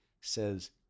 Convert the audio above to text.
says